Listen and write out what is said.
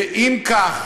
ואם כך,